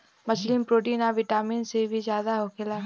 मछली में प्रोटीन आ विटामिन सी ज्यादे होखेला